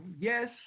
yes